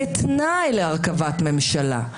כתנאי להרכבת ממשלה,